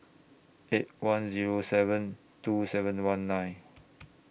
eight one Zero seven two seven one nine